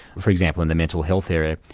for example, in the mental health area,